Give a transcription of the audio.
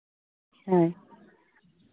ᱦᱮᱸ